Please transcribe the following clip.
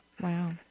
Wow